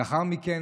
לאחר מכן,